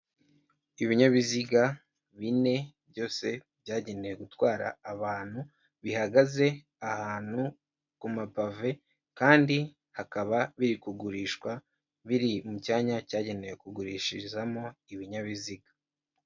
Ibinyabiziga bine byose byagenewe gutwara abantu bihagaze ahantu ku mapave kandi hakaba biri kugurishwa biri mu cyanya cyagenewe kugurishirizamo ibinyabiziga.